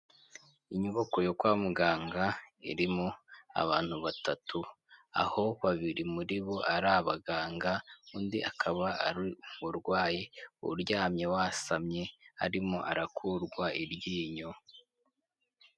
Inyubako yo kwa muganga irimo abantu batatu, aho babiri muri bo ari abaganga undi akaba ari umurwayi uryamye wasamye arimo arakurwa iryinyo.